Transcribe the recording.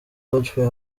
godfrey